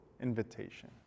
invitation